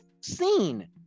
seen